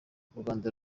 rwanda